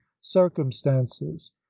circumstances